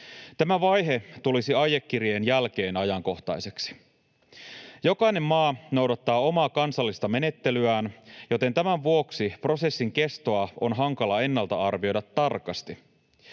Tämä vaihe tulisi aiekirjeen jälkeen ajankohtaiseksi. Jokainen maa noudattaa omaa kansallista menettelyään, joten tämän vuoksi prosessin kestoa on hankala ennalta arvioida tarkasti.